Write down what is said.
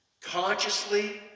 consciously